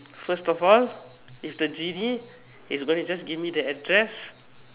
first of all if the genie is going to just give me the address